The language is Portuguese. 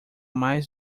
mais